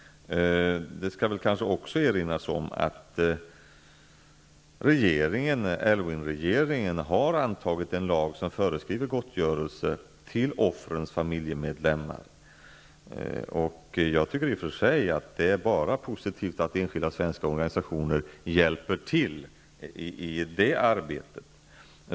Det skall kanske också erinras om att Aylwin-regeringen har antagit en lag som föreskriver gottgörelse till offrens familjemedlemmar. Jag tycker i och för sig att det enbart är positivt att enskilda svenska organisationer hjälper till i detta arbete.